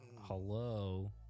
Hello